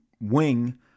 wing